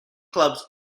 clubs